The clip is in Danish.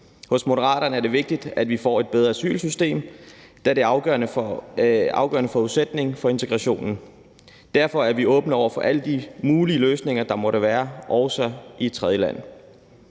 For Moderaterne er det vigtigt, at vi får et bedre asylsystem, da det er en afgørende forudsætning for integrationen. Derfor er vi åbne over for alle de mulige løsninger, der måtte være, også i et tredjeland.